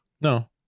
No